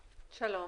שלום.